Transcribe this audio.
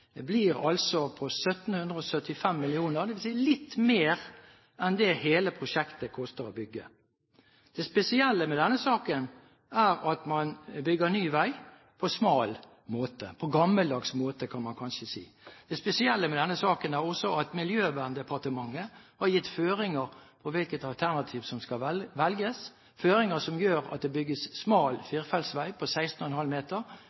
blir altså på 1 775 mill. kr, dvs. litt mer enn det koster å bygge hele prosjektet. Det spesielle med denne saken er at man bygger ny vei på smal måte – på gammeldags måte, kan man kanskje si. Det spesielle med denne saken er også at Miljøverndepartementet har gitt føringer for hvilket alternativ som skal velges, føringer som gjør at det bygges smal firefelts vei på 16,5 meter,